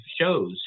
shows